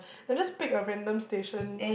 like just pick a random station